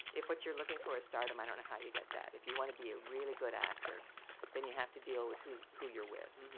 if what you're looking for a stardom, i don't know how you get that. if you want to be a really good actor then you have to deal with who who you're with.